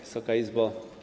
Wysoka Izbo!